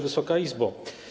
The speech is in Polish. Wysoka Izbo!